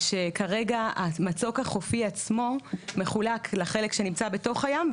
שכרגע המצוק החופי עצמו מחולק לחלק שנמצא בתוך הים,